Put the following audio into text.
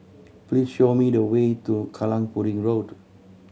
please show me the way to Kallang Pudding Road